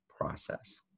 process